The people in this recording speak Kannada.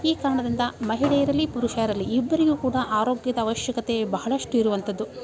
ಈ ಕಾರಣದಿಂದ ಮಹಿಳೆಯರಲ್ಲಿ ಪುರುಷರಲ್ಲಿ ಈ ಇಬ್ಬರಿಗೂ ಕೂಡ ಆರೋಗ್ಯದ ಅವಶ್ಯಕತೆ ಬಹಳಷ್ಟು ಇರುವಂಥದ್ದು